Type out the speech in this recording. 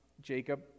Jacob